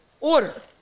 order